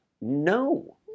no